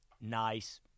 nice